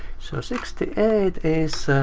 so sixty eight is,